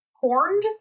horned